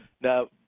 Now